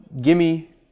gimme